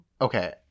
Okay